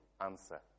answer